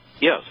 Yes